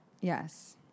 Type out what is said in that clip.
Yes